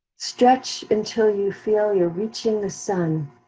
stretch until you feel you're reaching the sun,